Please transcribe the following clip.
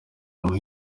amuha